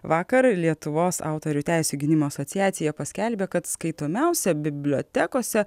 vakar lietuvos autorių teisių gynimo asociacija paskelbė kad skaitomiausia bibliotekose